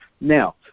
Now